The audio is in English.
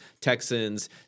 Texans